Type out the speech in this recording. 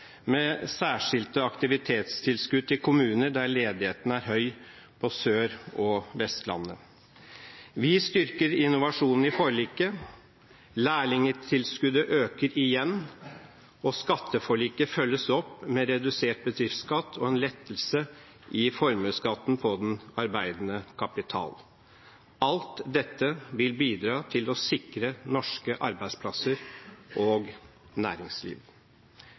med særskilte aktivitetstilskudd til kommuner der ledigheten er høy, på Sør- og Vestlandet. Vi styrker innovasjon i forliket, lærlingtilskuddet øker igjen, og skatteforliket følges opp med redusert bedriftsskatt og en lettelse i formuesskatten på den arbeidende kapital. Alt dette vil bidra til å sikre norske arbeidsplasser og næringsliv.